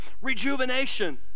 rejuvenation